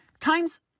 times